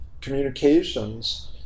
communications